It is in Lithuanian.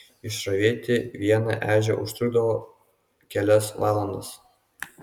išravėti vieną ežią užtrukdavo kelias valandas